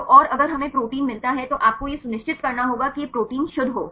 तो और अगर हमें प्रोटीन मिलता है तो आपको यह सुनिश्चित करना होगा कि यह प्रोटीन शुद्ध हो